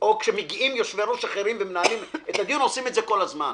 או כשמגיעים יושבי-ראש אחרים ומנהלים את הדיון עושים את זה כל הזמן.